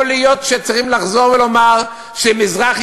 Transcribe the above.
יכול להיות שצריך לחזור ולומר שמזרח-ירושלים